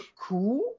cool